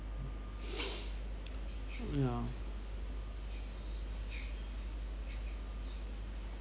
ya